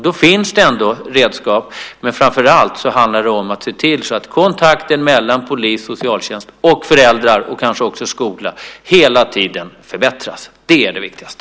Då finns det redskap, men framför allt handlar det om att se till att kontakten mellan polis, socialtjänst och föräldrar och kanske också skola hela tiden förbättras. Det är det viktigaste.